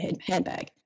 handbag